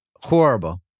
Horrible